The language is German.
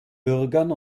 bürgern